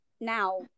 now